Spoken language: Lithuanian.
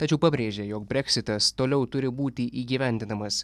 tačiau pabrėžė jog breksitas toliau turi būti įgyvendinamas